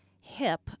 hip